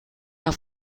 auf